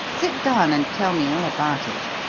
sit down and tell me all about it.